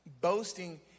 Boasting